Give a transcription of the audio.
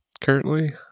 currently